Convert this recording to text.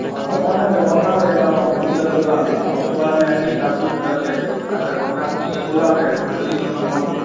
हाँ पता है ना दरभंगा में रहता हूँ आपको में हाँ उसके बाद मैं पूरा सेंड करूँगा दरभंगा में मिसरपुला गली नंबर नौ में